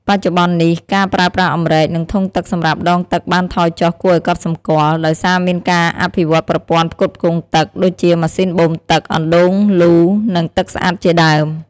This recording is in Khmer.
បច្ចុប្បន្ននេះ ការប្រើប្រាស់អម្រែក និងធុងទឹកសម្រាប់ដងទឹកបានថយចុះគួរឱ្យកត់សម្គាល់ ដោយសារមានការអភិវឌ្ឍន៍ប្រព័ន្ធផ្គត់ផ្គង់ទឹក ដូចជាម៉ាស៊ីនបូមទឹក អណ្តូងលូ និងទឹកស្អាតជាដើម។